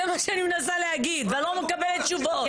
זה מה שאני מנסה להגיד ואני לא מקבלת תשובות.